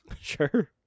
Sure